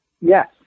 Yes